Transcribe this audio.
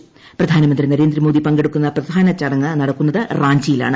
പ്രി്ട്രോനമന്ത്രി നരേന്ദ്രമോദി പങ്കെടുക്കുന്ന പ്രധാന ചടങ്ങ് നടക്കുന്നത് റാഞ്ചിയിലാണ്